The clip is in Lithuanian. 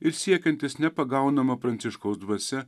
ir siekiantis nepagaunama pranciškaus dvasia